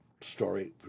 story